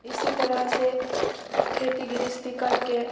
इसी तरहसँ खेती गृहस्थी करिके